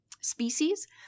species